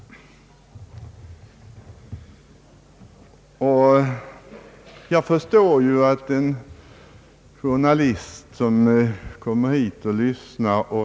Jag förstår ju reaktionen hos en journalist som kommer hit och lyssnar.